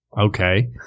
Okay